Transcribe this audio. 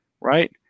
right